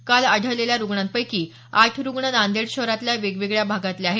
काल आढळलेल्या रुग्णांपैकी आठ रुग्ण नादेड शहरातल्या वेगवेगळ्या भागातले आहेत